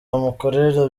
amukorera